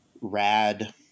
rad